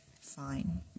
fine